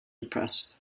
depressed